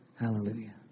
Hallelujah